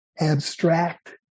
abstract